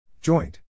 Joint